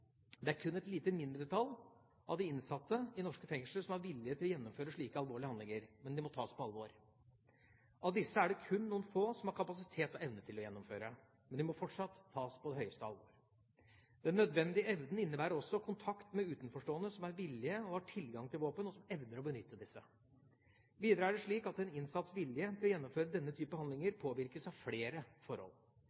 Det er kun et lite mindretall av de innsatte i norske fengsler som har vilje til å gjennomføre slike alvorlige handlinger, men de må tas på alvor. Av disse er det kun noen få som har kapasitet og evne til å gjennomføre, men de må fortsatt tas på høyeste alvor. Den nødvendige evnen innebærer også kontakt med utenforstående som er villige og har tilgang til våpen, og som evner å benytte disse. Videre er det slik at en innsatts vilje til å gjennomføre denne typen handlinger